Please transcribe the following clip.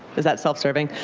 is that self-serving?